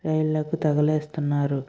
రైడ్లకు తగలేస్తున్నారు